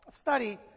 study